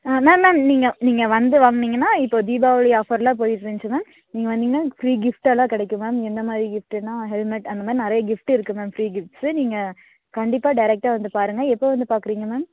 ஆ ma'am ma'am நீங்கள் நீங்கள் வந்து வாங்குனீங்கன்னால் இப்போது தீபாவளி ஆஃபர்லாம் போயிட்டு இருந்துச்சு மேம் நீங்கள் வந்தீங்கன்னா உங்களுக்கு ஃப்ரீ கிஃப்ட்டெல்லாம் கிடைக்கும் மேம் எந்த மாதிரி கிஃப்ட்டுன்னா ஹெல்மெட் அந்த மாதிரி நிறைய கிஃப்ட்டு இருக்குது மேம் ஃப்ரீ கிஃப்ட்ஸு நீங்கள் கண்டிப்பா டேரெக்ட்டாக வந்து பாருங்க எப்போது வந்து பார்க்குறிங்க மேம்